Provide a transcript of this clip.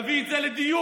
להביא את זה לדיון.